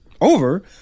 over